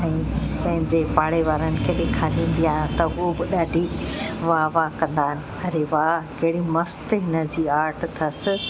ऐं पंहिंजे पाड़े वारनि खे ॾिखारींदी आहियां त उहो बि ॾाढी वाह वाह कंदा आहिनि अरे वाह कहिड़ी मस्तु हिन जी आर्ट अथसि